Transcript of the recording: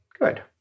Good